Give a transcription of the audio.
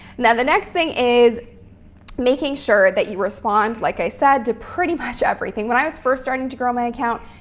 now, the next thing is making sure that you respond, like i said, to pretty much everything. when i was first starting to grow my account,